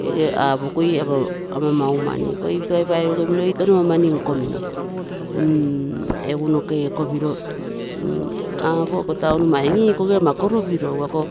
Ege apokui ama maumani, iko iputugai paigoroge mioi tono ama mani nkomine nm egu noke ee kopiro, aapo ako town, maigim ikoge ama koro piro egu ako,